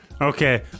Okay